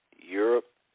Europe